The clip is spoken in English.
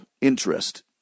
interest